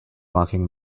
locking